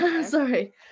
sorry